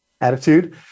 attitude